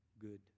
good